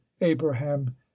Abraham